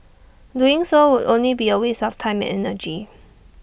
doing so would only be A waste of time and energy